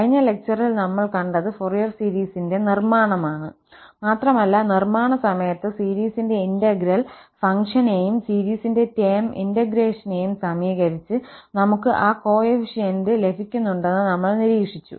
കഴിഞ്ഞ ലെക്ചറിൽ നമ്മൾ കണ്ടത് ഫോറിയർ സീരീസിന്റെ നിർമ്മാണമാണ് മാത്രമല്ല നിർമാണ സമയത്ത് സീരീസിന്റെ ഇന്റഗ്രൽ ഫംഗ്ഷനെയും സീരീസിന്റെ ടേം ഇന്റഗ്രേഷനെയും സമീകരിച്ച് നമുക്ക് ആ കോഎഫിഷ്യന്റ്സ് ലഭിക്കുന്നുണ്ടെന്ന് നമ്മൾ നിരീക്ഷിച്ചു